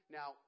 Now